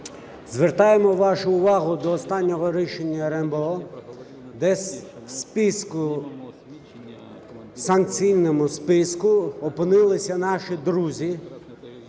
звертаємо вашу увагу до останнього рішення РНБО десь в списку, в санкційному списку опинилися наші друзі